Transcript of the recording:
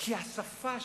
כי השפה שלי,